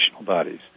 bodies